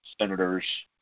senators